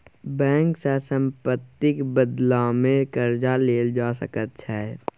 bank सँ सम्पत्तिक बदलामे कर्जा लेल जा सकैत छै